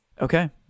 Okay